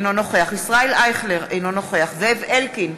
אינו נוכח ישראל אייכלר, אינו נוכח זאב אלקין,